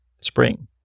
spring